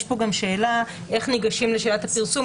יש פה גם שאלה איך ניגשים לשאלת הפרסום,